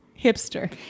hipster